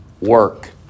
work